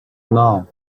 none